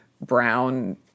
brown